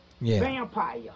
vampire